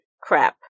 crap